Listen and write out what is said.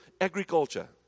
agriculture